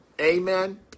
Amen